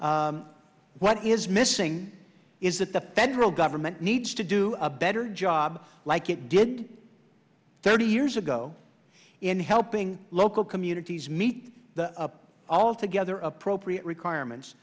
what is missing is that the federal government needs to do a better job like it did thirty years ago in helping local communities meet the altogether appropriate requirements